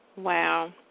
Wow